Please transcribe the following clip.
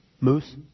Moose